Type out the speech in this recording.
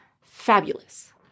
fabulous